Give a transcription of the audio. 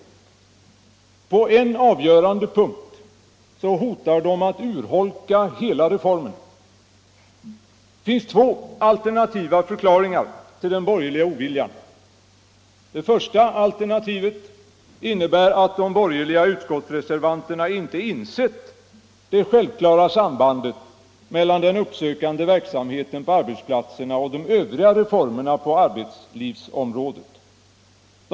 På en avgörande punkt hotar de att urholka hela reformen. Det finns två alternativa förklaringar till den borgerliga oviljan. N Det första alternativet innebär att de borgerliga utskottsreservanterna Nr 83 inte har insett det självklara sambandet mellan den uppsökande verk Tisdagen den samheten på arbetsplatserna och de övriga reformerna på arbetslivsom 20 maj 1975 rådet.